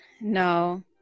No